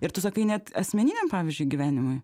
ir tu sakai net asmeniniam pavyzdžiui gyvenimui